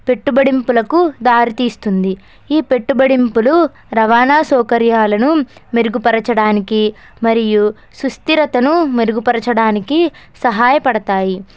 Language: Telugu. పెట్టుబడులకు దారితీస్తుంది ఈ పెట్టుబడులు రవాణా సౌకర్యాలను మెరుగుపరచడానికి మరియు సుస్థిరతను మెరుగుపరచడానికి సహాయపడతాయి